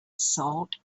salt